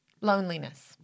Loneliness